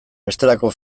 bestelako